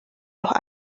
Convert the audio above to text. los